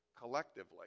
collectively